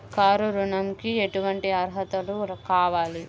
Car ఋణంకి ఎటువంటి అర్హతలు కావాలి?